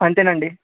అంతేనండి